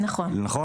נכון?